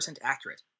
accurate